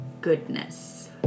goodness